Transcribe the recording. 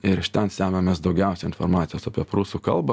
ir iš ten semiamės daugiausia informacijos apie prūsų kalbą